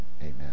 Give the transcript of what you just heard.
Amen